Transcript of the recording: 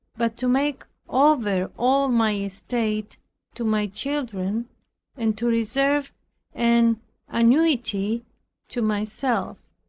but to make over all my estate to my children and to reserve an annuity to myself.